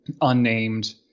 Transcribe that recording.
unnamed